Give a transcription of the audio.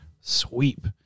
sweep